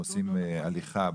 עושים הליכה,